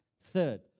Third